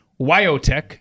WyoTech